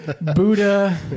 Buddha